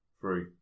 Three